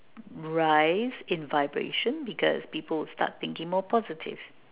rise in vibration because people will start thinking more positive